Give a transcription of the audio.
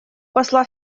посла